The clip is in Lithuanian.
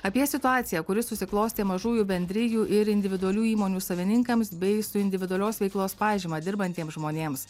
apie situaciją kuri susiklostė mažųjų bendrijų ir individualių įmonių savininkams bei su individualios veiklos pažyma dirbantiems žmonėms